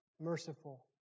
Merciful